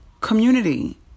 community